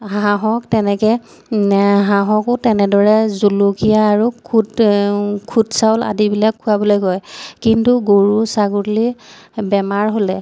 হাঁহক তেনেকে হাঁহকো তেনেদৰে জলকীয়া আৰু খুট খুট চাউল আদিবিলাক খোৱাবলে কয় কিন্তু গৰু ছাগলীৰ বেমাৰ হ'লে